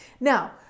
Now